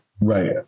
right